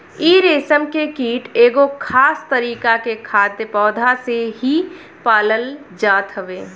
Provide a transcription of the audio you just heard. इ रेशम के कीट एगो खास तरीका के खाद्य पौधा पे ही पालल जात हवे